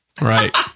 right